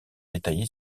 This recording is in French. détaillé